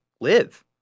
live